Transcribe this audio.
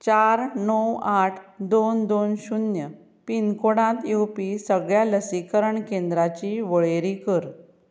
चार णव आठ दोन दोन शुन्य पिनकोडांत येवपी सगळ्या लसीकरण केंद्रांची वळेरी कर